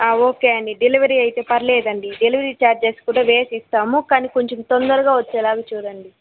okay అండీ delivery అయితే పర్లేదండీ డెలివరీ ఛార్జెస్ కూడా వేసి ఇస్తాము కానీ కొంచం తొందరగా వచ్చేలాగా చూడండి